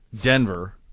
Denver